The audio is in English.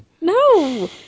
No